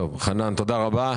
חנן, תודה רבה.